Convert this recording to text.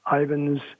Ivan's